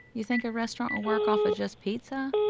you think a restaurant work off of just pizza?